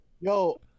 Yo